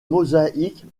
mosaïques